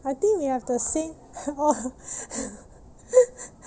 I think we have the same